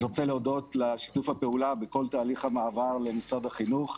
אני רוצה להודות על שיתוף הפעולה בכל תהליך המעבר למשרד החינוך.